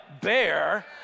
bear